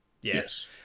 Yes